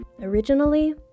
Originally